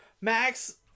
Max